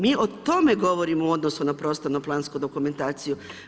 Mi o tome govorimo u odnosu na prostorno plansku dokumentaciju.